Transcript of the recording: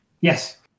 Yes